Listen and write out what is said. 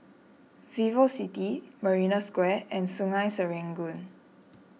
VivoCity Marina Square and Sungei Serangoon